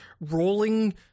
rolling